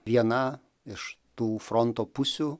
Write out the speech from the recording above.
viena iš tų fronto pusių